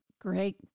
Great